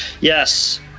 yes